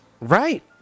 Right